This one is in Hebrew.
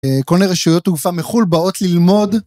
‫כל מיני רשויות תעופה מחול ‫באות ללמוד.